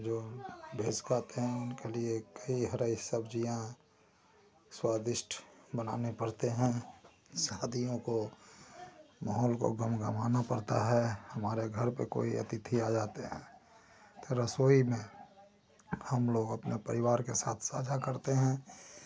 जो भेज खाते हैं उनके लिए कई हरी सब्ज़ियाँ स्वादिष्ट बनानी पड़ते हैं शादियों को माहौल को गमगमाना पड़ता है हमारे घर पर कोई अतिथि आ जाते हैं तो रसोई में हम लोग अपने परिवार के साथ साझा करते हैं